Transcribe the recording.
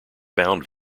bound